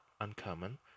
uncommon